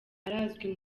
arazwi